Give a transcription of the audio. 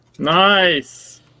Nice